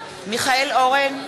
מיכאל אורן,